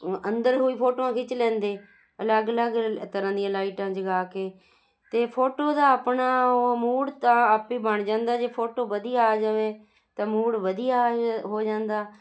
ਅੰਦਰੋਂ ਹੀ ਫੋਟੋਆਂ ਖਿੱਚ ਲੈਂਦੇ ਅਲੱਗ ਅਲੱਗ ਤਰ੍ਹਾਂ ਦੀਆਂ ਲਾਈਟਾਂ ਜਗਾ ਕੇ ਅਤੇ ਫੋਟੋ ਦਾ ਆਪਣਾ ਉਹ ਮੂਡ ਤਾਂ ਆਪੇ ਬਣ ਜਾਂਦਾ ਜੇ ਫੋਟੋ ਵਧੀਆ ਆ ਜਾਵੇ ਤਾਂ ਮੂਡ ਵਧੀਆ ਆ ਹੋ ਜਾਂਦਾ